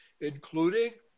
including